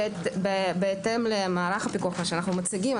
בהתאם למערך הפיקוח שאנחנו מציגים,